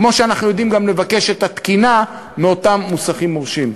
כמו שאנחנו יודעים גם לבקש את התקינה מאותם מוסכים מורשים.